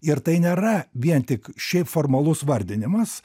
ir tai nėra vien tik šiaip formalus vardinimas